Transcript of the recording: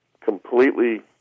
completely